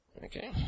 Okay